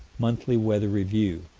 monthly weather review,